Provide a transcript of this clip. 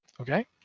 Okay